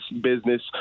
business